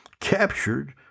captured